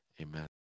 Amen